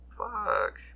fuck